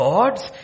God's